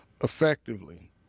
effectively